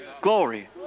Glory